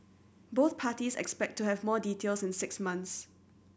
both parties expect to have more details in six months